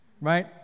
right